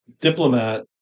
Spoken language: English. Diplomat